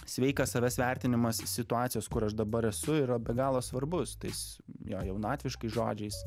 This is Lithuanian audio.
sveikas savęs vertinimas situacijos kur aš dabar esu yra be galo svarbus tais jo jaunatviškais žodžiais